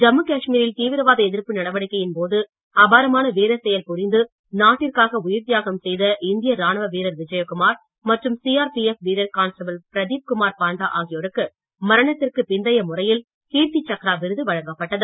ஜம்மூ காஷ்மீரில் தீவிரவாத எதிர்ப்பு நடவடிக்கையின் போது அபாரமான வீர செயல் புரிந்து நாட்டிற்காக உயிர் தியாகம் செய்த இந்திய ராணுவ வீரர் விஜயகுமார் மற்றும் சிஆர்பிஎப் வீரர் கான்ஸ்டபிள் பிரதீப் குமார் பாண்டா ஆகியோருக்கு மரணத்திற்கு பிந்தைய முறையில் கீர்த்தி சக்ரா விருது வழங்கப்பட்டது